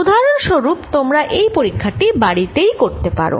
উদাহরন স্বরূপ তোমরা এই পরীক্ষা টি বাড়ি তেই করতে পারো